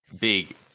Big